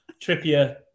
Trippier